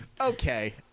Okay